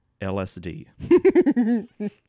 LSD